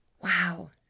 Wow